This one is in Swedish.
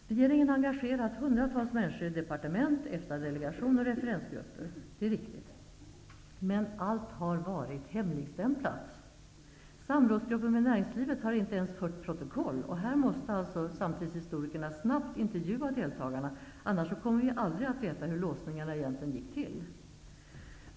Regeringen har engagerat hundratals människor i departement, EFTA-delegation och referensgrupper. Det är riktigt. Men allt har varit hemligstämplat. Gruppen för samråd med näringslivet har inte ens fört protokoll. Samtidshistorikerna måste snabbt intervjua deltagarna. I annat fall kommer vi aldrig att få veta hur låsningarna egentligen gick till.